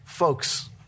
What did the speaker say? Folks